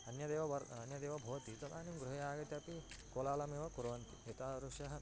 अन्यदेव वर् अन्यदेव भवति तदानीं गृहे आगत्य अपि कोलाहलमेव कुर्वन्ति एतादृशः